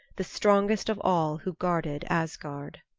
the strongest of all who guarded asgard.